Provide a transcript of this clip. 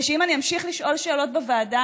ושאם אני אמשיך לשאול שאלות בוועדה